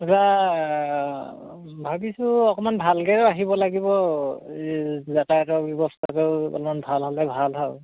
এইবাৰ ভাবিছোঁ অকণমান ভালকেও আহিব লাগিব এই যাতায়তৰ ব্যৱস্থাটো অলপমান ভাল হ'লে ভাল হয় আৰু